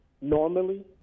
normally